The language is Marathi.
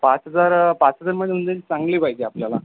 पाच हजार पाच हजार म्हण लई चांगली पाहिजे आपल्याला